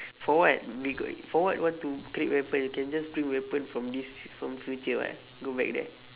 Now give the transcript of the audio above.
for what make a for what want to create weapon you can just bring weapon from this from future [what] go back there